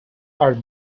are